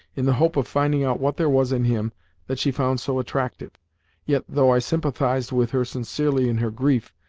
in the hope of finding out what there was in him that she found so attractive yet, though i sympathised with her sincerely in her grief,